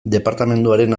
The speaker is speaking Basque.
departamenduaren